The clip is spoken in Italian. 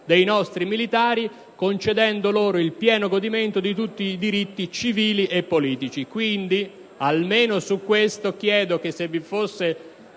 dei nostri militari, concedendo loro il pieno godimento di tutti i diritti civili e politici. Quindi, almeno sull'ordine del giorno